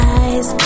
eyes